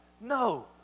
no